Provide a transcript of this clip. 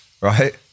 Right